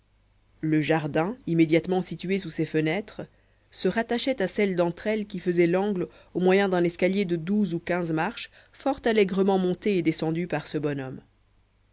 le jardin immédiatement situé sous ses fenêtres se rattachait à celle d'entre elles qui faisait l'angle au moyen d'un escalier de douze ou quinze marches fort allégrement monté et descendu par ce bonhomme